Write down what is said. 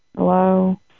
Hello